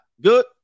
Good